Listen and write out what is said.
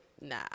nah